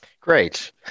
Great